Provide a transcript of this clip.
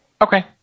Okay